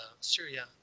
Syria